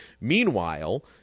Meanwhile